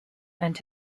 and